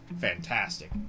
fantastic